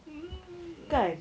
!ee!